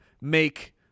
make